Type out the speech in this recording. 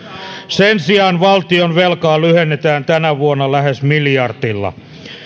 sen sijaan valtionvelkaa lyhennetään tänä vuonna lähes miljardilla